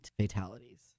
fatalities